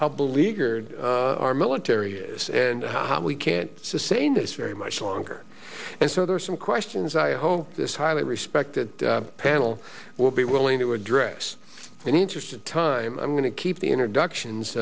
how beleaguered our military is and how we can't sustain this very much longer and so there are some questions i hope this highly respected panel will be willing to address an interesting time i'm going to keep the introductions